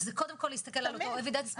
זה קודם כל להסתכל על זה.